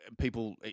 people